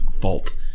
fault